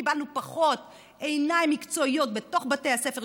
קיבלנו פחות עיניים מקצועיות בתוך בתי הספר,